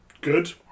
good